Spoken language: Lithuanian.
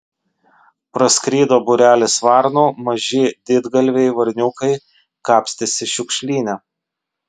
praskrido būrelis varnų maži didgalviai varniukai kapstėsi šiukšlyne